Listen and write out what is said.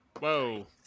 Whoa